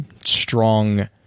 strong